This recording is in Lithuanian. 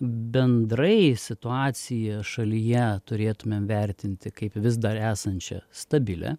bendrai situaciją šalyje turėtumėm vertinti kaip vis dar esančią stabilią